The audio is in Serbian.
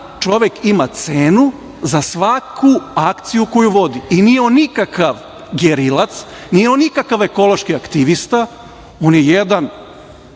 čovek ima cenu za svaku akciju koju vodi. Nije on nikakav gerilac, nije on nikakav ekološki aktivista, on je jedan